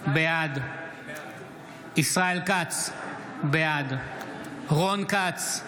בעד ישראל כץ - בעד רון כץ,